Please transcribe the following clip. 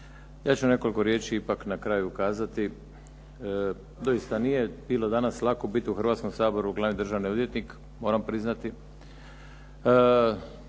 Ja ću nekoliko riječi ipak na kraju kazati. Doista danas nije bilo lako biti u Hrvatskom saboru glavni državni odvjetnik, moram priznati.